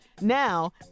Now